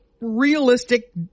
realistic